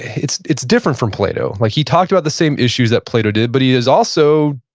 it's it's different from plato. like he talked about the same issues that plato did, but he is also,